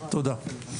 תודה.